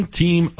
team